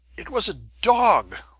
it was a dog!